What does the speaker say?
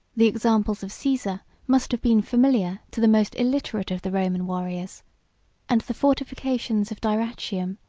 the examples of caesar must have been familiar to the most illiterate of the roman warriors and the fortifications of dyrrachium,